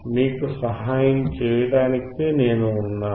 మీకు సహాయం చేయడానికే నేను ఉన్నాను